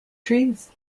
trees